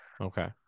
Okay